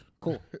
Cool